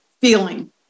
feeling